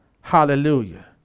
hallelujah